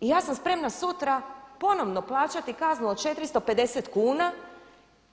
I ja sam spremna sutra ponovno plaćati kaznu od 450 kuna